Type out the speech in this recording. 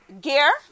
gear